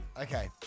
Okay